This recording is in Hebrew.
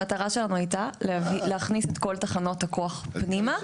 המטרה שלנו הייתה להכניס את כל תחנות הכוח פנימה.